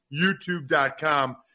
youtube.com